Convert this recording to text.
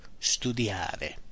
studiare